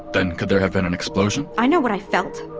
then could there have been an explosion? i know what i felt!